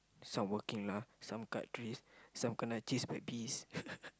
start working lah some cut trees some kena chase by bees